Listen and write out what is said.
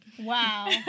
Wow